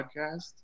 podcast